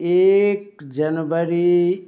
एक जनवरी